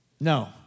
No